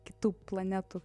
kitų planetų